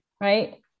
Right